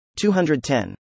210